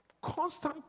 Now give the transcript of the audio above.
Constant